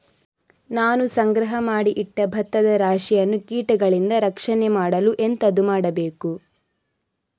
ನಾನು ಸಂಗ್ರಹ ಮಾಡಿ ಇಟ್ಟ ಭತ್ತದ ರಾಶಿಯನ್ನು ಕೀಟಗಳಿಂದ ರಕ್ಷಣೆ ಮಾಡಲು ಎಂತದು ಮಾಡಬೇಕು?